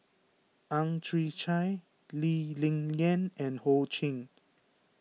Ang Chwee Chai Lee Ling Yen and Ho Ching